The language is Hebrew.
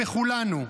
בכולנו.